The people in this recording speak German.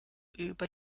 über